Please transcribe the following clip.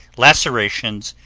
lacerations,